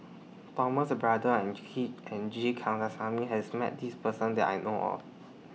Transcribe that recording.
Thomas Braddell and Key and G Kandasamy has Met This Person that I know of